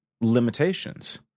Limitations